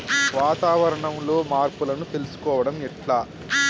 వాతావరణంలో మార్పులను తెలుసుకోవడం ఎట్ల?